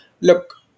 Look